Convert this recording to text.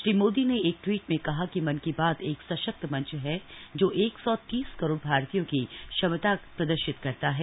श्री मोदी ने एक ट्वीट में कहा कि मन की बात एक सशक्त मंच है जो एक सौ तीस करोड़ भारतीयों की क्षमता प्रदर्शित करता है